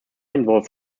involved